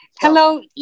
Hello